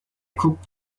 guckt